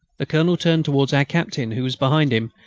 the colonel turned towards our captain, who was behind him,